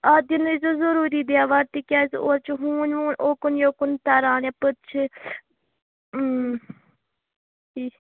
اَتھ دیٖنٲیزیو ضٔروٗری دیوار تِکیٛازِ اورٕ چھُ ہوٗنۍ ووٗنۍ اوکُن یوکُن تَران یَپٲرۍ چھِ